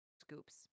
scoops